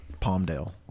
palmdale